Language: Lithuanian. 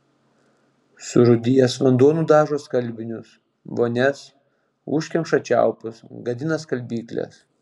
surūdijęs vanduo nudažo skalbinius vonias užkemša čiaupus gadina skalbykles